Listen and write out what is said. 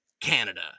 Canada